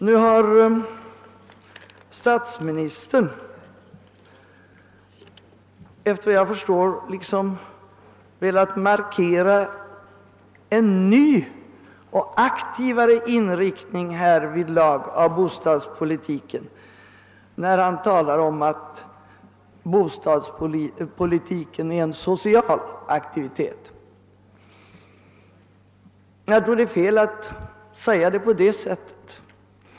Nu har statsministern, efter vad jag förstår, liksom velat markera en ny och aktivare inriktning här vidlag av bostadspolitiken, när han talar om att bostadspolitiken är en social aktivitet. Jag tror att det är felaktigt att säga det på det sättet.